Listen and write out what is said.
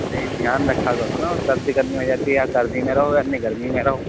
نہیں دھیان رکھا کرو نا سردی گرمی ہو جاتی ہے یا سردی میں رہو یا پھر گرمی میں رہو